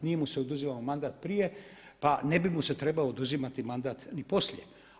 Nije mu se oduzimao mandat prije, pa ne bi mu se trebao oduzimati mandat ni poslije.